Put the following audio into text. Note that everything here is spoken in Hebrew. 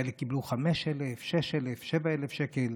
חלק קיבלו 5,000, 6,000, 7,000 שקל,